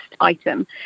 item